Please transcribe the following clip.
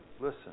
listen